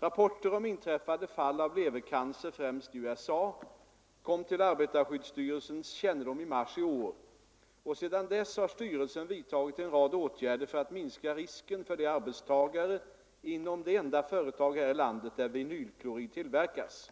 Rapporter om inträffade fall av levercancer — främst i USA — kom till arbetarskyddsstyrelsens kännedom i mars i år och sedan dess har styrelsen vidtagit en rad åtgärder för att minska risken för de arbetstagare inom det enda företag här i landet där vinylklorid tillverkas.